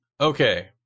okay